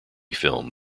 film